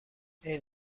این